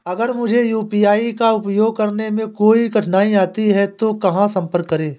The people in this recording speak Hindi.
अगर मुझे यू.पी.आई का उपयोग करने में कोई कठिनाई आती है तो कहां संपर्क करें?